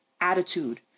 attitude